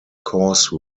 coarse